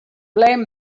blame